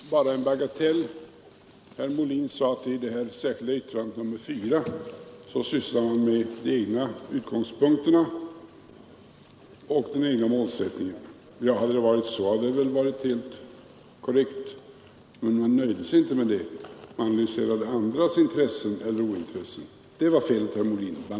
Herr talman! Jag skall bara ta upp en bagatell. Herr Molin sade att de som avgivit det särskilda yttrandet nr 4 i det sysslar med de egna utgångspunkterna och den egna målsättningen. Hade det varit så hade det varit helt korrekt, men ni nöjde er inte med det, utan analyserade andras intressen eller ointressen. Bl. a. det var felet, herr Molin.